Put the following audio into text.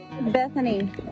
Bethany